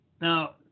Now